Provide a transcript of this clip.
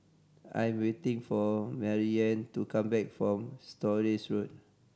I'm waiting for Maryanne to come back from Stores Road